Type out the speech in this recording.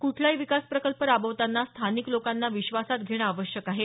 कुठलाही विकास प्रकल्प राबवताना स्थानिक लोकांना विश्वासात घेणं आवश्यक आहे